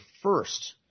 first